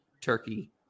turkey